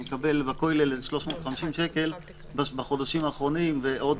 הוא מקבל בכולל 350 שקל בחודשים האחרונים ועוד